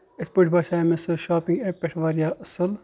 یِتھ پٲٹھۍ باسیٚو مےٚ سُہ شاپِنٛگ ایپ پٮ۪ٹھ واریاہ اَصٕل